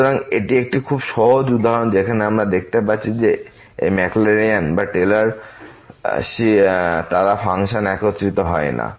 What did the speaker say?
সুতরাং এটি একটি খুব সহজ উদাহরণ যেখানে আমরা দেখতে পাচ্ছি যে এই maclaurin বা টেলর সিরিজ তারা ফাংশনে একত্রিত হয় না